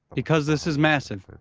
because this is massive,